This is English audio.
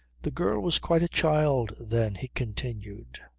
the girl was quite a child then, he continued.